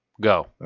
Go